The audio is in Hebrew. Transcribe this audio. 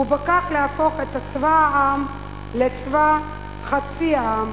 ובכך להפוך את צבא העם לצבא חצי העם,